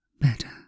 Better